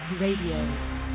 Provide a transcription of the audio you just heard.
Radio